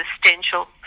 existential